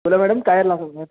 बोला मॅडम काय लागत नाही